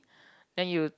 then you